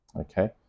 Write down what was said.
Okay